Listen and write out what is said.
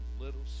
little